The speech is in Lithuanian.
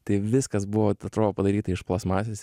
tai viskas buvo atrodo padaryta iš plastmasės